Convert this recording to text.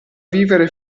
vivere